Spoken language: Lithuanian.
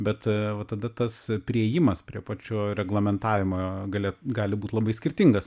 bet va tada tas priėjimas prie pačio reglamentavimo gale gali būt labai skirtingas